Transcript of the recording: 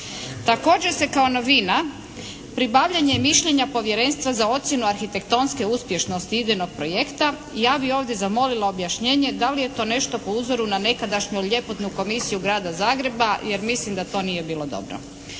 Također se kao novina pribavljanje mišljenja povjerenstva za ocjenu arhitektonske uspješnosti idejnog projekta i ja bih ovdje zamolila objašnjenje da li je to nešto po uzoru na nekadašnju ljepotnu komisiju Grada Zagreba jer mislim da to nije bilo dobro.